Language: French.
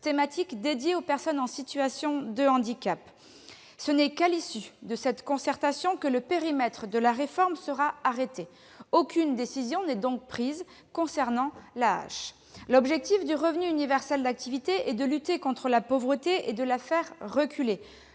thématique dédié aux personnes en situation de handicap. Ce n'est qu'à l'issue de cette concertation que le périmètre de la réforme sera arrêté. Aucune décision n'est donc prise concernant l'AAH. L'objectif du revenu universel d'activité étant de lutter contre la pauvreté et de la faire reculer,